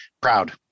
proud